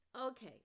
Okay